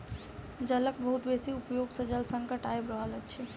जलक बहुत बेसी उपयोग सॅ जल संकट आइब रहल अछि